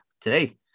Today